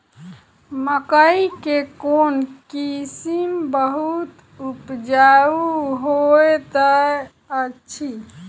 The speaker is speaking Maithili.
मकई केँ कोण किसिम बहुत उपजाउ होए तऽ अछि?